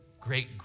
great